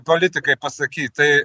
politikai pasakyt tai